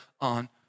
on